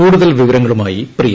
കൂടുതൽ വിവരങ്ങളുമായി പ്രിയ